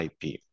IP